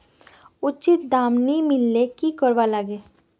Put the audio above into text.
उचित दाम नि मिलले की करवार लगे?